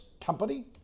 company